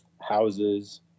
houses